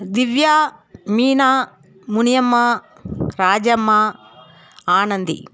Divya Meena Muniyamma Rajamma Anandhi